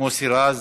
מוסי רז,